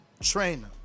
trainer